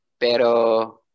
pero